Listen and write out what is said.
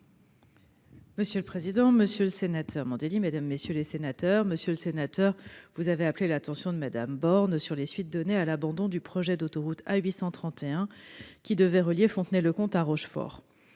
la secrétaire d'État. Monsieur le sénateur Mandelli, vous avez appelé l'attention de Mme Borne sur les suites données à l'abandon du projet d'autoroute A831, qui devait relier Fontenay-le-Comte à Rochefort.